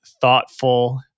thoughtful